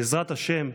בעזרת השם,